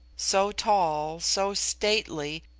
so tall, so stately,